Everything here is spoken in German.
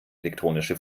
elektronische